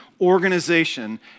organization